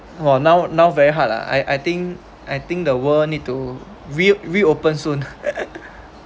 for now now very hard lah I I think I think the world need to re~ reopen soon